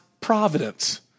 providence